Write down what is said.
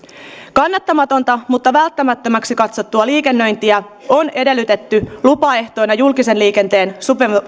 kannattamatonta mutta välttämättömäksi katsottua liikennöintiä on edellytetty lupaehtoina julkisen liikenteen